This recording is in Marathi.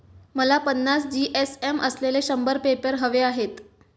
मला पन्नास जी.एस.एम असलेले शंभर पेपर हवे आहेत